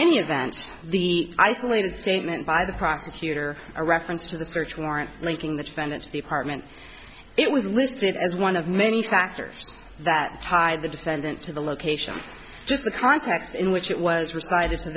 any event the isolated statement by the prosecutor a reference to the search warrant linking the defendant to the apartment it was listed as one of many factors that tied the defendant to the location just the context in which it was recited to